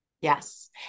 Yes